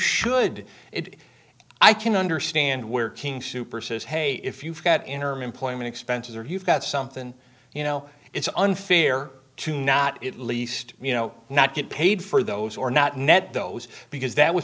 should it i can understand where king super says hey if you've got interim employment expenses or you've got something you know it's unfair to not at least you know not get paid for those or not net those because that w